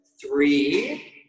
three